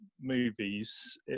movies